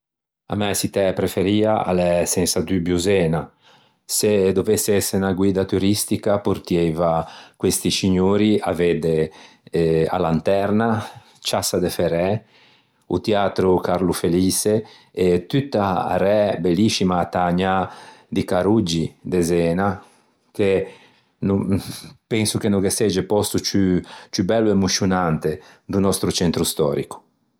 A mæ çittæ preferia a l'é sensa dubio Zena. Se dovesse ëse unna guidda turistica portieiva questi scignori a vedde a Lanterna, ciassa De Ferræ, o tiatro Carlo Feliçe e tutta a ræ belliscima, a tägnâ di carroggi de Zena che no penso che no ghe segge ciù bello e moscionante do nòstro centro storico.